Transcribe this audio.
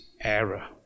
error